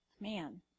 Man